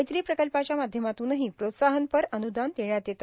मैत्री प्रकल्पाच्या माध्यमातूनही प्रोत्साहनपर अन्दान देण्यात येते